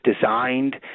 designed